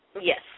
Yes